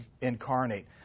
incarnate